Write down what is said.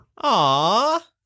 Aw